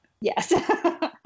Yes